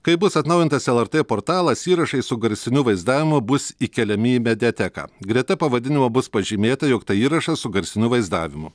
kai bus atnaujintas lrt portalas įrašai su garsiniu vaizdavimu bus įkeliami į mediateką greta pavadinimo bus pažymėta jog tai įrašas su garsiniu vaizdavimu